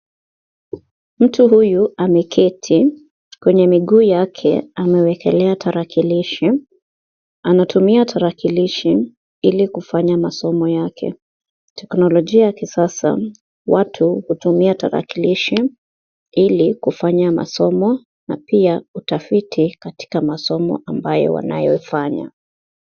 Mtu huyu ameketi, kwenye miguu yake amewkelea tarakilishi, anatumia tarakilishi ili kufanya masomo yake. Teknolojia ya kisasa watu hutumia tarakilishi ili kufanya masomo na pia utafiti katika masomo ambayo wanayofanya.